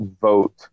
vote